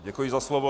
Děkuji za slovo.